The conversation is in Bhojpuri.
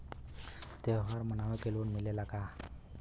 त्योहार मनावे के लोन मिलेला का?